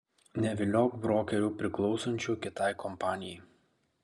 neviliok brokerių priklausančių kitai kompanijai